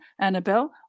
Annabelle